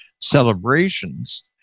celebrations